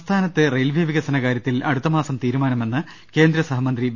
സംസ്ഥാനത്തെ റെയിൽവേ വികസന കാര്യത്തിൽ അടുത്തമാസം തീരുമാനമെന്ന് കേന്ദ്രസഹമന്ത്രി വി